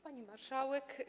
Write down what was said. Pani Marszałek!